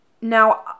Now